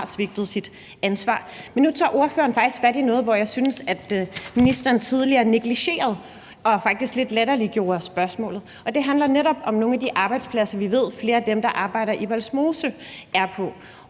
har svigtet sit ansvar. Men nu tager ordføreren faktisk fat i noget, hvor jeg synes, at ministeren tidligere negligerede og faktisk lidt latterliggjorde spørgsmålet. Det handler netop om nogle af de arbejdspladser, vi ved at flere af dem, der arbejder i Vollsmose, er på,